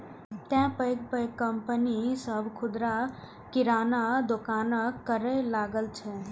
तें पैघ पैघ कंपनी सभ खुदरा किराना दोकानक करै लागल छै